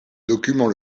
document